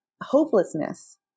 hopelessness